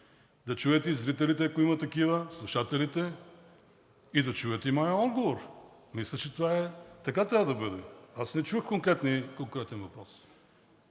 Да чуят и зрителите, ако има такива, слушателите. И да чуят моя отговор. Мисля, че така трябва да бъде. Аз не чух конкретен въпрос.